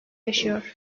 yaşıyor